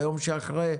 ביום שאחרי,